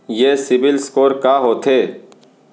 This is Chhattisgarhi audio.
ये सिबील स्कोर का होथे?